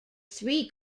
three